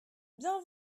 bien